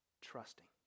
trusting